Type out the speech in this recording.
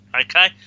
Okay